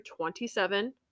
27